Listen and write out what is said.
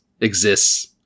exists